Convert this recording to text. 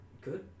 Good